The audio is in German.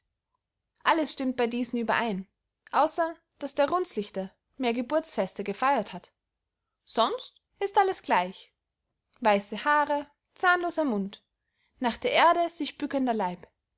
alles stimmt bey diesen überein ausser daß der runzlichte mehr geburtsfeste gefeyert hat sonst ist alles gleich weisse haare zahnloser mund nach der erde sich bükender leib